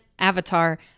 avatar